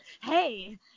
hey